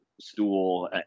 stool